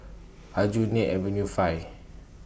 Aljunied Avenue five